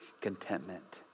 contentment